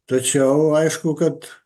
tačiau aišku kad